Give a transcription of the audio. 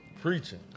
preaching